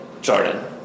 Jordan